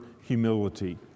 humility